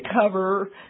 cover